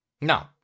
no